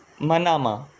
Manama